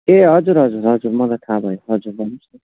ए हजुर हजुर हजुर मलाई थाहा भयो हजुर भन्नुहोस् त